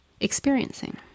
experiencing